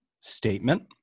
statement